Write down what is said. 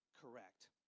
correct